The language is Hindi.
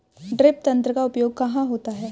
ड्रिप तंत्र का उपयोग कहाँ होता है?